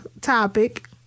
topic